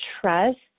trust